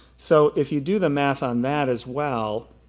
so if you do the math on that as well,